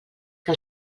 que